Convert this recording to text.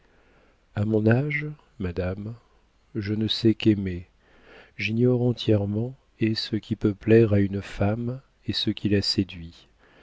a mon âge madame je ne sais qu'aimer j'ignore entièrement et ce qui peut plaire à une femme et ce qui la séduit